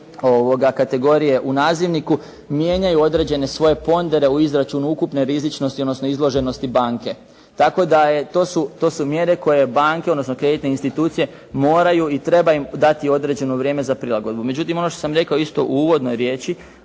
kategorije u nazivniku mijenjaju određene svoje pondere u izračunu ukupne rizičnosti, odnosno izloženosti banke. Tako da to su mjere koje banke, odnosno kreditne institucije moraju i treba im dati određeno vrijeme za prilagodbu. Međutim ono što sam rekao isto u uvodnoj riječi,